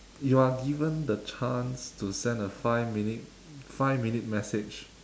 you are given the chance to send a five minute five minute message